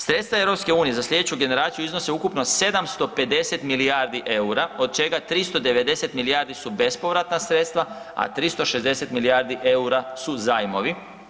Sredstva „EU za sljedeću generaciju“ iznose ukupno 750 milijardi eura od čega 390 milijardi su bespovratna sredstva, a 360 milijardi eura su zajmovi.